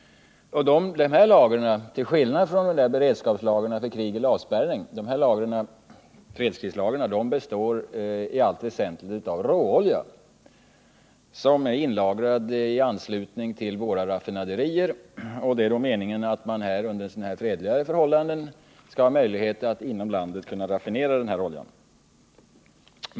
Till skillnad från beredskapslagren för krig eller avspärrning består fredskrislagren i allt väsentligt av råolja, som är inlagrad i anslutning till våra raffinaderier. Meningen är att vi under sådana fredligare förhållanden skall ha möjlighet att inom landet raffinera oljan.